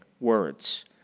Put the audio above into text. words